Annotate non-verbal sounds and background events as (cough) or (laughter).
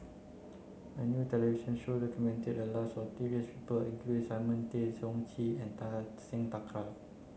a new television show documented the lives of (unintelligible) people including Simon Tay Seong Chee and Kartar Singh Thakral